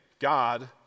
God